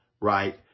right